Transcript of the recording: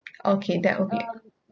okay that would be